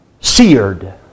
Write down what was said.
seared